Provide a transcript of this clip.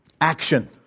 Action